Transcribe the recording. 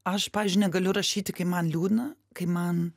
aš pavyzdžiui negaliu rašyti kai man liūdna kai man